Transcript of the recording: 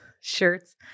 shirts